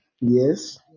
yes